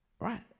Right